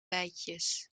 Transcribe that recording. bijtjes